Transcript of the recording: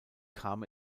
kam